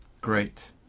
Great